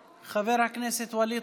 מוותר, חבר הכנסת ווליד